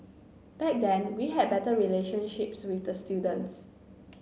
back then we had better relationships with the students